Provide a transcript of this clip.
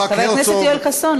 סליחה, חבר הכנסת יואל חסון.